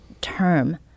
term